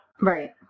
Right